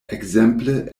ekzemple